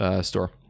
store